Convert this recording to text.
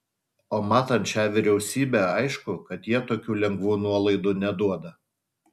o matant šią vyriausybę aišku kad jie tokių lengvų nuolaidų neduoda